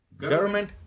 government